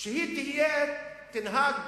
ותנהג